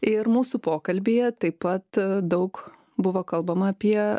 ir mūsų pokalbyje taip pat daug buvo kalbama apie